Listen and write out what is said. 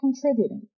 contributing